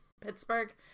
Pittsburgh